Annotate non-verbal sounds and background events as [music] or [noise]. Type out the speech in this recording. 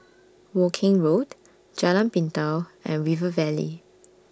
[noise] Woking Road Jalan Pintau and River Valley